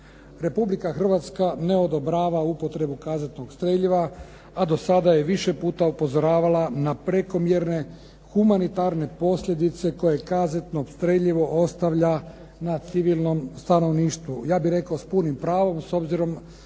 Republika Hrvatska ne odobrava upotrebu kazetnog streljiva, a do sada je više puta upozoravala na prekomjerne humanitarne posljedice koje kazetno streljivo ostavlja na civilnom stanovništvu. Ja bih rekao s punim pravom s obzirom